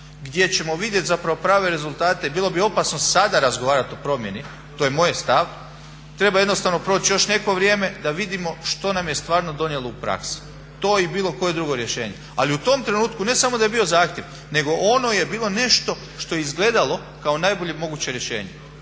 gdje ćemo vidjet zapravo prave rezultate. Bilo bi opasno sada razgovarat o promjeni, to je moj stav. Treba jednostavno proći još neko vrijeme da vidimo što nam je stvarno donijelo u praksi, to i bilo koje drugo rješenje. Ali u tom trenutku ne samo da je bio zahtjev nego ono je bilo nešto što je izgledalo kao najbolje moguće rješenje.